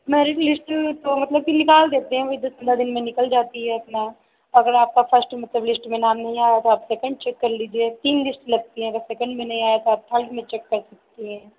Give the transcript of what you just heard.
merit list तो मतलब की निकाल देते हैं वहीं दस पंद्रह दिन में निकल जाती है अपना अगर आपका फर्स्ट मतलब लिस्ट में नाम नहीं आया तो आप सकेंड चेक कर लीजिए तीन लिस्ट लगती है अगर सकेंड में नहीं आए तो आप थर्ड में चेक कर सकती है